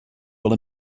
will